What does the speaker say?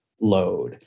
load